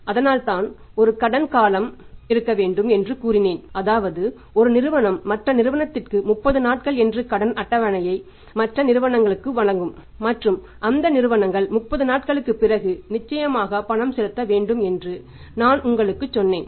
அதனால்தான் ஒரு கடன் காலம் இருக்க வேண்டும் என்று கூறினேன் அதாவது ஒரு நிறுவனம் மற்ற நிறுவனத்திற்கு 30 நாட்கள் என்று கடன் அட்டவணையை மற்ற நிறுவனங்களுக்கு வழங்கும் மற்றும் அந்த நிறுவனங்கள் 30 நாட்களுக்குப் பிறகு நிச்சயமாக பணம் செலுத்த வேண்டும் என்று நான் உங்களுக்குச் சொன்னேன்